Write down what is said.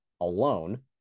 alone